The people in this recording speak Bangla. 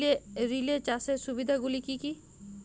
রিলে চাষের সুবিধা গুলি কি কি?